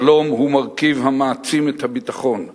השלום הוא מרכיב המעצים את הביטחון,